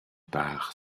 par